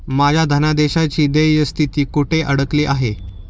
माझ्या धनादेशाची देय स्थिती कुठे अडकली आहे?